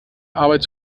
arbeit